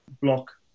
block